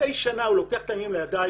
אחרי שנה הוא לוקח את העניינים לידיים,